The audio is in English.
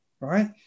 right